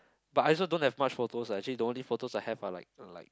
but I also don't have much photos lah actually the only photos I have are like are like like